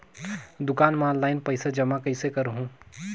दुकान म ऑनलाइन पइसा जमा कइसे करहु?